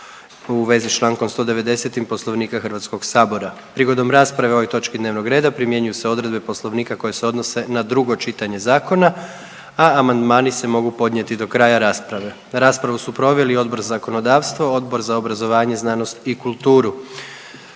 u vezi s čl. 190. Poslovnika HS-a. Prigodom rasprave o ovoj točki dnevnog reda primjenjuju se odredbe poslovnika koje se odnose na drugo čitanje zakona, a amandmani se mogu podnijeti do kraja rasprave. Raspravu su proveli Odbor za zakonodavstvo, Odbor za obrazovanje, znanost i kulturu.